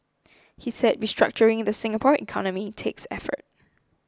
he said restructuring the Singapore economy takes effort